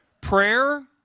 Prayer